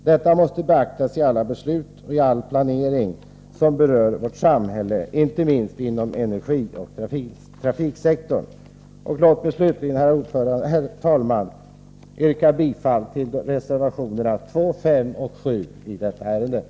Detta måste beaktas i alla beslut och i all planering som berör vårt samhälle, inte minst inom energioch trafiksektorn. Slutligen, herr talman, yrkar jag bifall till reservationerna 2, 5 och 7 vid detta betänkande.